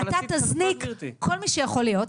אבל -- ולכן אתה תזניק כל מי שיכול להיות,